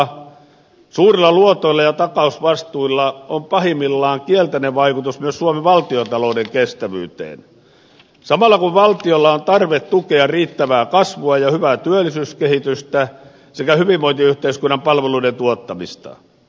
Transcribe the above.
suurilla luotoilla ja takausvastuilla on pahimmillaan kielteinen vaikutus myös suomen valtiontalouden kestävyyteen samalla kun valtiolla on tarve tukea riittävää kasvua ja hyvää työllisyyskehitystä sekä hyvinvointiyhteiskunnan palveluiden tuottamista